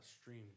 stream